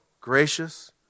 gracious